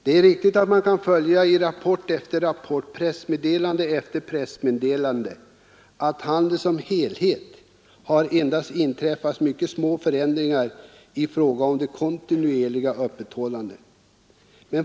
Det är riktigt att rapport efter rapport, pressmeddelande efter pressmeddelande visar att i handeln som helhet endast mycket små förändringar har inträffat i fråga om det kontinuerliga öppethållandet.